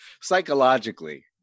psychologically